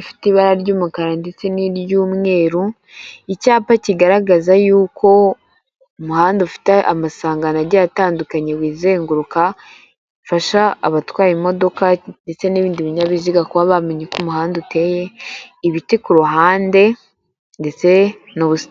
ifite ibara ry'umukara ndetse n'iry'umweru, icyapa kigaragaza yuko umuhanda ufite amasangano agiye atandukanye wizenguruka, bifasha abatwaye imodoka ndetse n'ibindi binyabiziga kuba bamenya uko umuhanda uteye, ibiti ku ruhande ndetse n'ubusitani.